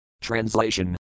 Translation